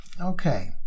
Okay